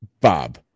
Bob